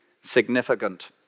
significant